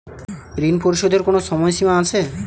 ঋণ পরিশোধের কোনো সময় সীমা আছে?